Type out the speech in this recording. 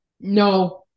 No